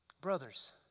brothers